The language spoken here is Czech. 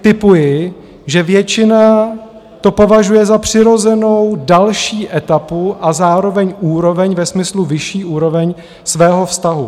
Tipuji, že většina to považuje za přirozenou další etapu a zároveň úroveň, ve smyslu vyšší úroveň, svého vztahu.